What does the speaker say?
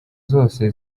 zose